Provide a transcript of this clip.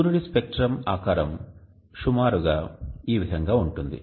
సూర్యుడి స్పెక్ట్రమ్ ఆకారం సుమారు గా ఈ విధంగా ఉంటుంది